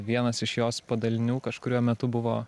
vienas iš jos padalinių kažkuriuo metu buvo